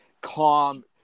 calm